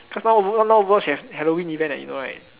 cause now over now Overwatch have Halloween event leh you know right